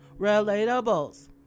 relatables